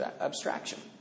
abstraction